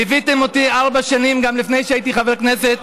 ליוויתם אותי ארבע שנים, גם לפני שהייתי חבר כנסת,